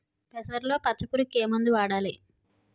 పెసరలో పచ్చ పురుగుకి ఏ మందు వాడాలి?